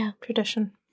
tradition